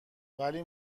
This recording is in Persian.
ولی